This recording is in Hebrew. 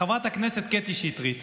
חברת הכנסת קטי שטרית